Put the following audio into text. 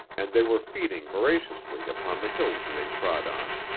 and they were feeding voraciously upon the hills they trod on.